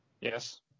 Yes